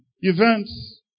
events